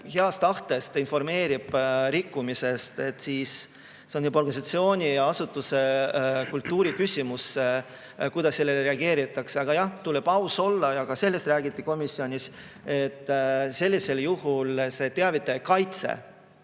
heast tahtest informeerib mingist rikkumisest, siis see on juba organisatsiooni ja asutuse kultuuri küsimus, kuidas sellele reageeritakse. Aga tuleb aus olla, ka sellest räägiti komisjonis, et sellisel juhul teavitaja kaitse